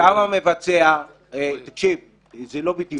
זה לא בדיוק.